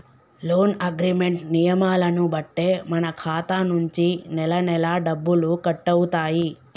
loan agreement నియమాలను బట్టే మన ఖాతా నుంచి నెలనెలా డబ్బులు కట్టవుతాయి